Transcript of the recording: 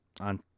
on